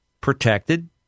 protected